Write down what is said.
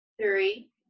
Three